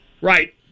Right